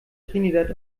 trinidad